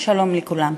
שלום לכולם,